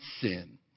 sin